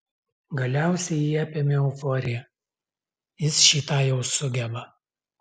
galiausiai jį apėmė euforija jis šį tą jau sugeba